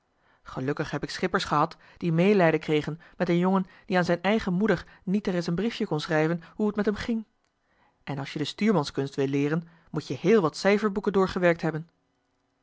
gelukkig heb ik schippers gehad die meelijden kregen met een jongen die aan z'n eigen moeder niet ereis een briefje kon schrijven hoe t met m ging en als je de stuurmanskunst wil leeren moet-je heel wat cijferboeken doorgewerkt hebben